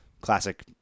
classic